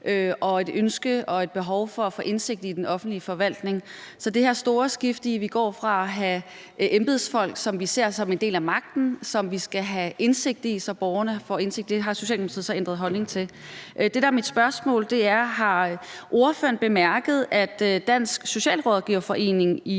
og et ønske om og et behov for at få indsigt i den offentlige forvaltning. Så der er det her store skifte i forhold til at have embedsfolk, som vi ser som en del af magten, som vi skal have indsigt i, så borgerne får den indsigt, og det har Socialdemokratiet så ændret holdning til. Det, der er mit spørgsmål, er, om ordføreren har bemærket, at Dansk Socialrådgiverforening i